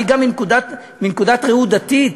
גם מנקודת ראות דתית,